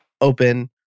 open